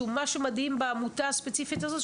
שזה משהו שהוא מדהים בעמותה הספציפית הזאת,